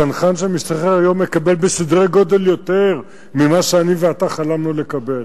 צנחן שמשתחרר היום מקבל בסדרי גודל יותר ממה שאני ואתה חלמנו לקבל.